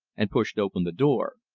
and pushed open the door.